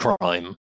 crime